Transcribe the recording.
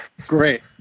great